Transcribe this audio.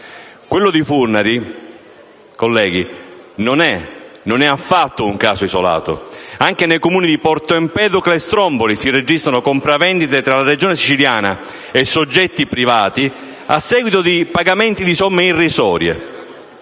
Quello di Furnari, colleghi, non è affatto un caso isolato. Anche nei Comuni di Porto Empedocle e Stromboli si registrano compravendite tra la Regione Siciliana e soggetti privati a seguito di pagamenti di somme irrisorie.